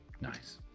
Nice